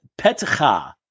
Petcha